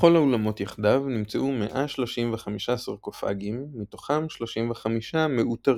בכל האולמות יחדיו נמצאו 135 סרקופגים מתוכם 35 מעוטרים.